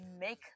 make